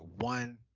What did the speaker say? one